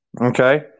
Okay